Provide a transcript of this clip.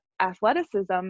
athleticism